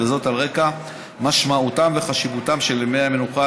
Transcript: וזאת על רקע משמעותם וחשיבותם של ימי המנוחה.